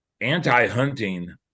anti-hunting